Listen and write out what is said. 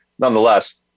Nonetheless